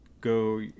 go